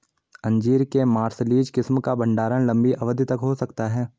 अंजीर के मार्सलीज किस्म का भंडारण लंबी अवधि तक हो सकता है